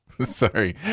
sorry